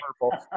purple